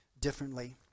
differently